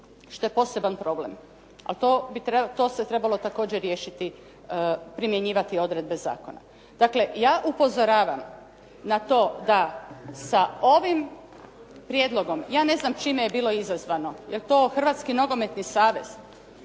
što je poseban problem, ali to se trebalo također riješiti primjenjivati odredbe zakona. Dakle, ja upozoravam na to da sa ovim prijedlogom ja ne znam čime je bilo izazvano? Je li to Hrvatski nogometni savez?